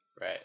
Right